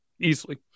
easily